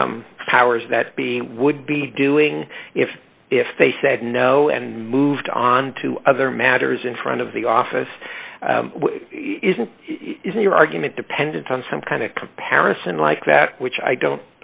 other powers that be would be doing if if they said no and moved on to other matters in front of the office isn't your argument dependent on some kind of comparison like that which i don't